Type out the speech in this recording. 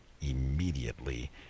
Immediately